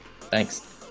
thanks